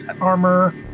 armor